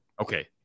Okay